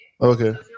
Okay